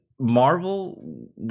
Marvel